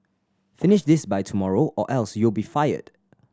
finish this by tomorrow or else you'll be fired